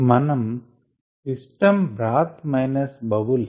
మనం సిస్టం బ్రాత్ minus bubbles